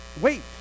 Wait